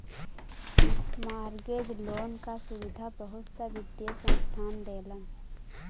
mortgage loan क सुविधा बहुत सा वित्तीय संस्थान देलन